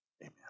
amen